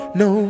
no